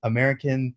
American